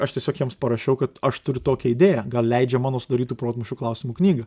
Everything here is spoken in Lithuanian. aš tiesiog jiems parašiau kad aš turiu tokią idėją gal leidžiam mano sudarytų protmūšių klausimų knyga